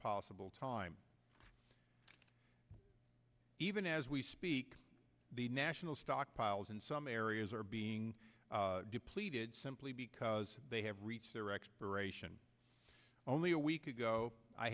possible time even as we speak the national stockpiles in some areas are being depleted simply because they have reached their expiration only a week ago i